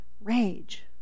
rage